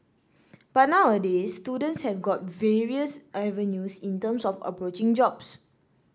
but nowadays students have got various avenues in terms of approaching jobs